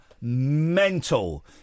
mental